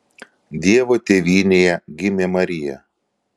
dievo tėvynėje gimė marija